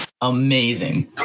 amazing